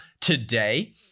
today